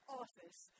office